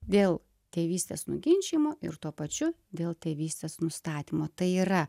dėl tėvystės nuginčijimo ir tuo pačiu dėl tėvystės nustatymo tai yra